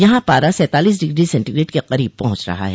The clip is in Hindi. यहां पारा सैंतालीस डिग्री सेंटीग्रेट के करीब पहुंच रहा है